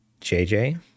JJ